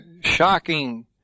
shocking